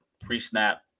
Pre-snap